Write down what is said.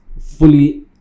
fully